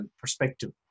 perspective